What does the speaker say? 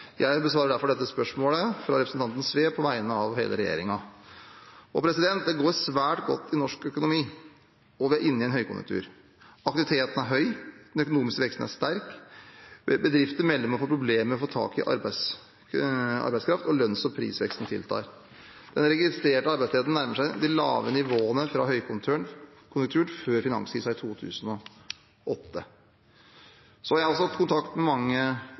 Jeg besvarer derfor dette spørsmålet fra representanten Sve på vegne av hele regjeringen. Det går svært godt i norsk økonomi, og vi er inne i en høykonjunktur. Aktiviteten er høy, den økonomiske veksten er sterk, bedrifter melder om problemer med å få tak i arbeidskraft, og lønns og prisveksten tiltar. Den registrerte arbeidsledigheten nærmer seg de lavere nivåene fra høykonjunkturen før finanskrisen i 2008. Jeg har også hatt kontakt med mange